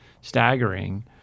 staggering